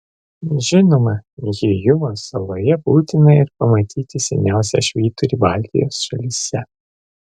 žinoma hyjumos saloje būtina ir pamatyti seniausią švyturį baltijos šalyse